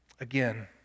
again